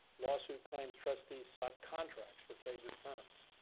lawsuit claims trustees sought contracts for favored firms.